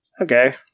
Okay